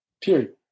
Period